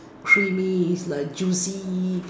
creamy like juicy